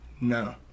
No